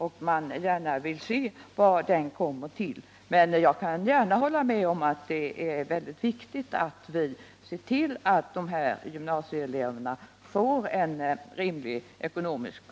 Jag vill gärna först se vad den kommer fram till. Men jag kan hålla med om att det är viktigt att se till att dessa gymnasieelever får en rimlig ekonomisk